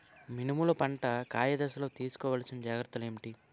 మినుములు పంట కాయ దశలో తిస్కోవాలసిన జాగ్రత్తలు ఏంటి?